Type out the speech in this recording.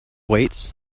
weights